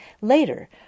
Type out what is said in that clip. Later